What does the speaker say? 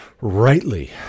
Rightly